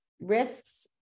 risks